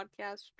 podcast